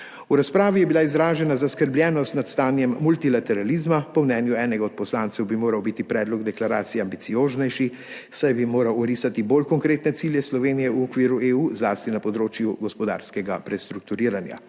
V razpravi je bila izražena zaskrbljenost nad stanjem multilateralizma. Po mnenju enega od poslancev bi moral biti predlog deklaracije ambicioznejši, saj bi moral orisati bolj konkretne cilje Slovenije v okviru EU, zlasti na področju gospodarskega prestrukturiranja.